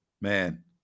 Man